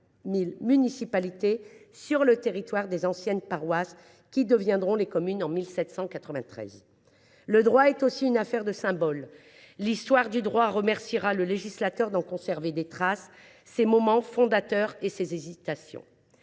000 municipalités sur le territoire des anciennes « paroisses », qui deviendront les « communes » en 1793. Le droit est aussi une affaire de symbole. L’histoire du droit sera reconnaissante au législateur d’en conserver des traces, ses moments fondateurs et ses hésitations.